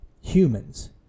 humans